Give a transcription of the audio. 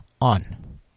on